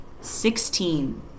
Sixteen